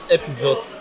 episode